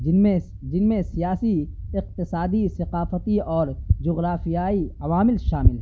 جن میں جن میں سیاسی اقتصادی ثقافتی اور جغرافیائی عوامل شامل ہیں